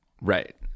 Right